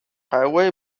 highway